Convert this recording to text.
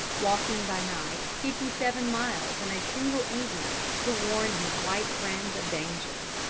walking by night fifty-seven miles in a single evening to warn his white friends of danger.